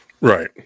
Right